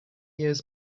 years